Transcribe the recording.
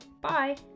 Bye